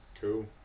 Cool